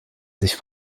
sich